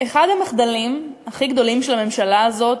אחד המחדלים הכי גדולים של הממשלה הזאת,